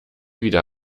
wieder